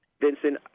Vincent